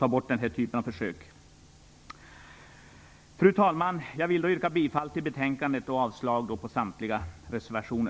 genast upphöra. Fru talman! Jag vill yrka bifall till hemställan i betänkandet och avslag på samtliga reservationer.